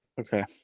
Okay